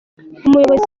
umuyobozi